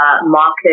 market